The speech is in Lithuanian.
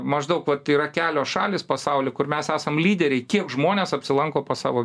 maždaug vat yra kelios šalys pasauly kur mes esam lyderiai kiek žmonės apsilanko pas savo